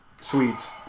Swedes